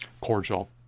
cordial